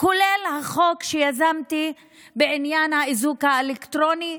כולל החוק שיזמתי בעניין האיזוק האלקטרוני,